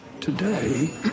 Today